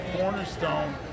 cornerstone